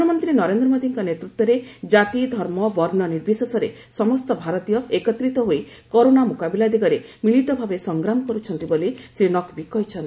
ପ୍ରଧାନମନ୍ତ୍ରୀ ନରେନ୍ଦ୍ର ମୋଦୀଙ୍କ ନେତୃତ୍ୱରେ ଜାତି ଧର୍ମ ବର୍ଣ୍ଣ ନିର୍ବିଶେଷରେ ସମସ୍ତ ଭାରତୀୟ ଏକତ୍ରିତ ହୋଇ କରୋନା ମୁକାବିଲା ଦିଗରେ ମିଳିତ ଭାବେ ସଂଗ୍ରାମ କରୁଛନ୍ତି ବୋଲି ଶ୍ରୀ ନକ୍ଭୀ କହିଛନ୍ତି